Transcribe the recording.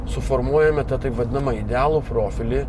suformuojame tą taip vadinamą idealų profilį